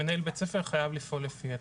מנהל בית ספר חייב לפעול לפיהן.